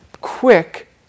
quick